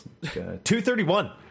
231